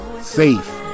safe